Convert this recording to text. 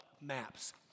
maps